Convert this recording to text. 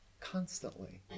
constantly